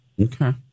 okay